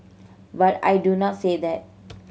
but I do not say that